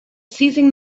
seizing